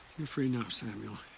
and free now, samuel.